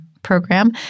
Program